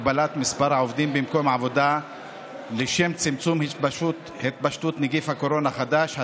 הגבלת מספר העובדים במקום עבודה לשם צמצום התפשטות נגיף הקורונה החדש),